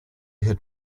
had